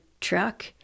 truck